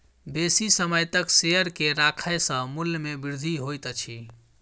बेसी समय तक शेयर के राखै सॅ मूल्य में वृद्धि होइत अछि